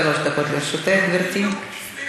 שלוש דקות לרשותך, גברתי.